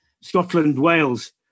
Scotland-Wales